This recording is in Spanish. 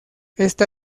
esta